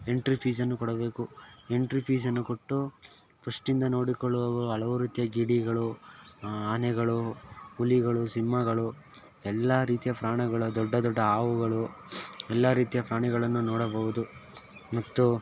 entry ಫೀಸನ್ನು ಕೊಡಬೇಕು entry ಫೀಸನ್ನು ಕೊಟ್ಟು ಫಸ್ಟಿಂದ ನೋಡಿಕೊಳ್ಳುವ ಹಲವು ರೀತಿಯ ಗಿಳಿಗಳು ಆನೆಗಳು ಹುಲಿಗಳು ಸಿಂಹಗಳು ಎಲ್ಲ ರೀತಿಯ ಪ್ರಾಣಿಗಳು ದೊಡ್ಡ ದೊಡ್ಡ ಹಾವುಗಳು ಎಲ್ಲ ರೀತಿಯ ಪ್ರಾಣಿಗಳನ್ನು ನೋಡಬೌದು ಮತ್ತು